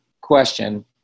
question